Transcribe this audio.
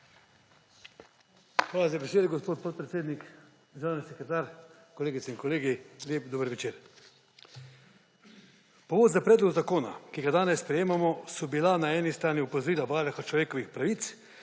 Hvala za besedo, gospod podpredsednik. Državni sekretar, kolegice in kolegi, lep dober večer! Povod za predlog zakona, ki ga danes sprejemamo, so bila na eni strani opozorila Varuha človekovih pravic,